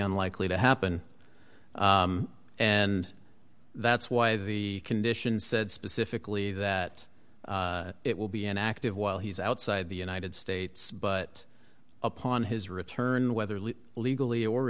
unlikely to happen and that's why the condition said specifically that it will be an active while he's outside the united states but upon his return weatherly legally or